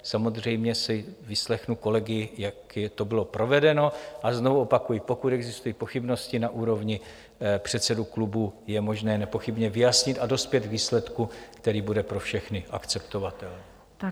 Samozřejmě si vyslechnu kolegy, jak to bylo provedeno, a znovu opakuji, pokud existují pochybnosti, na úrovni předsedů klubů je možné je nepochybně vyjasnit a dospět výsledku, který bude pro všechny akceptovatelný.